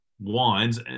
wines